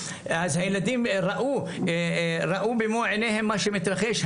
אז הילדים ראו במו עיניהם מה שמתרחש.